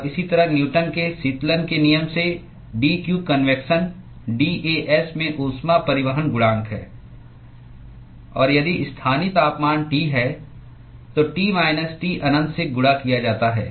और इसी तरह न्यूटन के शीतलन के नियम से dq कन्वेक्शन dAs में ऊष्मा परिवहन गुणांक है और यदि स्थानीय तापमान T है तो T माइनस T अनंत से गुणा किया जाता है